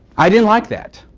i didn't like that.